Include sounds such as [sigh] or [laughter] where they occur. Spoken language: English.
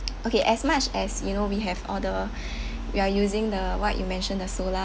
[noise] okay as much as you know we have all the [breath] we are using the what you mentioned the solar